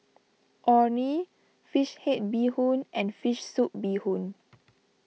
Orh Nee Fish Head Bee Hoon and Fish Soup Bee Hoon